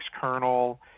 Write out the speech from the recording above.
kernel